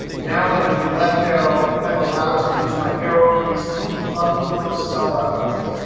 now when i do left arrow, i'm allowed to use my arrow keys to hunt for cell references.